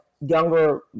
younger